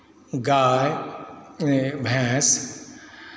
गाय भैंस